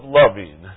loving